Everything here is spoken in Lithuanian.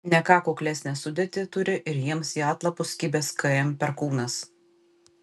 ne ką kuklesnę sudėtį turi ir jiems į atlapus kibęs km perkūnas